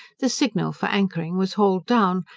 the signal for anchoring was hauled down,